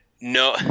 No